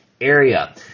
area